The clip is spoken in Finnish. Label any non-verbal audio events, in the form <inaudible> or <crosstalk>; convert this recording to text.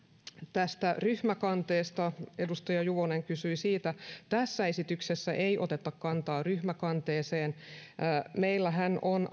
tästä ryhmäkanteesta edustaja juvonen kysyi siitä tässä esityksessä ei oteta kantaa ryhmäkanteeseen meillähän on <unintelligible>